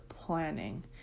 planning